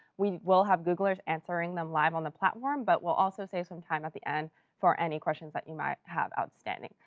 we will have googlers answering them live on the platform, but we'll also save some time at the end for any questions that you might have outstanding.